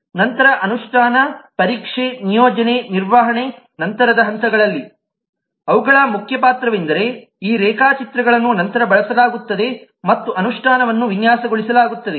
ನಂತರ ಅನುಷ್ಠಾನ ಪರೀಕ್ಷೆ ನಿಯೋಜನೆ ನಿರ್ವಹಣೆ ನಂತರದ ಹಂತಗಳಲ್ಲಿ ಅವುಗಳ ಮುಖ್ಯ ಪಾತ್ರವೆಂದರೆ ಈ ರೇಖಾಚಿತ್ರಗಳನ್ನು ನಂತರ ಬಳಸಲಾಗುತ್ತದೆ ಮತ್ತು ಅನುಷ್ಠಾನವನ್ನು ವಿನ್ಯಾಸಗೊಳಿಸಲಾಗುತ್ತದೆ